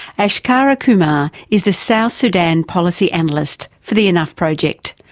akshaya kumar kumar is the south sudan policy analyst for the enough project,